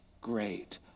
great